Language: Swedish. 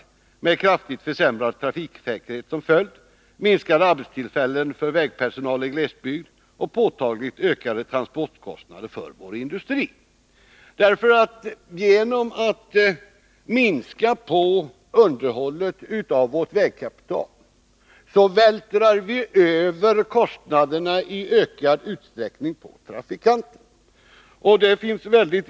Det får till följd en kraftigt försämrad trafiksäkerhet, minskade arbetstillfällen för vägpersonal i glesbygd och påtagligt ökade transportkostnader för vår industri. Genom att minska på underhållet av vårt vägkapital vältrar vi i ökad utsträckning över kostnaderna på trafikanterna.